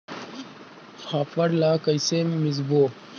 फाफण ला कइसे मिसबो?